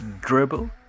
Dribble